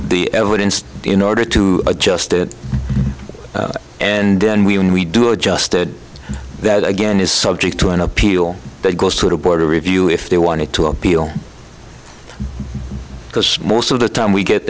the evidence in order to adjust it and then we when we do adjusted that again is subject to an appeal that goes to the board of review if they wanted to appeal because most of the time we get